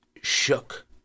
shook